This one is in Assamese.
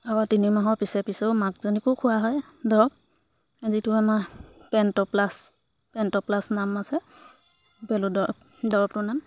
আগৰ তিনি মাহৰ পিছে পিছেও মাকজনীকো খোৱা হয় দৰৱ যিটো আমাৰ পেণ্ট'প্লাছ পেণ্ট'প্লাছ নাম আছে পেলু দৰ দৰৱটোৰ নাম